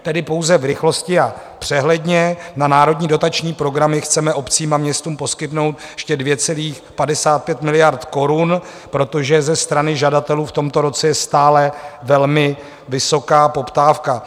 Tedy pouze v rychlosti a přehledně: na národní dotační programy chceme obcím a městům poskytnout ještě 2,55 miliard korun, protože ze strany žadatelů v tomto roce je stále velmi vysoká poptávka.